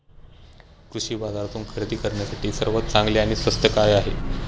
कृषी बाजारातून खरेदी करण्यासाठी सर्वात चांगले आणि स्वस्त काय आहे?